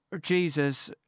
Jesus